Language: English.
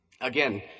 Again